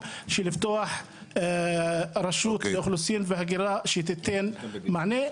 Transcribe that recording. לפתוח רשות אוכלוסין והגירה שתיתן מענה.